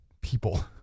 people